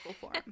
form